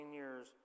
years